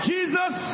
Jesus